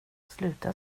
sluta